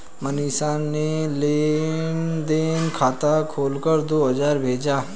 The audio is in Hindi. मनीषा ने लेन देन खाता खोलकर दो हजार भेजा